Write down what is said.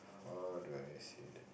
how do I say that